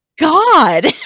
god